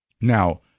Now